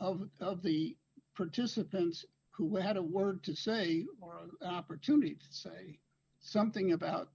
of the participants who had a word to say opportunity to say something about